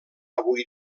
avui